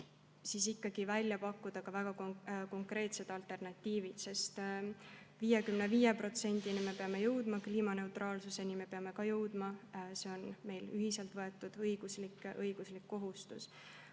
tuleks ikkagi välja pakkuda väga konkreetsed alternatiivid, sest 55%‑ni me peame jõudma, kliimaneutraalsuseni me peame jõudma, see on meil ühiselt võetud õiguslik kohustus.